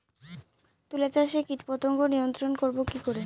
তুলা চাষে কীটপতঙ্গ নিয়ন্ত্রণর করব কি করে?